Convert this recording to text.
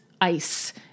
ice